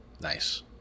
Nice